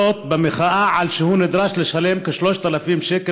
במחאה על שהוא נדרש לשלם כ-3,000 שקל